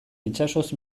itsasoz